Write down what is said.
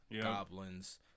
Goblins